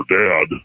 dad